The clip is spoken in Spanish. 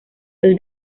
dos